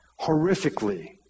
horrifically